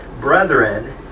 Brethren